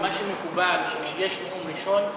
מה שמקובל הוא שכשיש נאום ראשון,